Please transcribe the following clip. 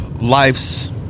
life's